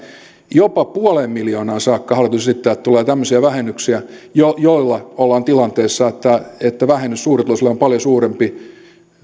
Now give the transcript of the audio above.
jopa puoleen miljoonaan saakka hallitus esittää että tulee tämmöisiä vähennyksiä joilla joilla ollaan tilanteessa että että vähennys suurituloisille on paljon suurempi